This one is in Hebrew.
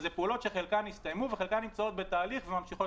חלק מהפעולות הסתיימו וחלקן בתהליך וממשיכות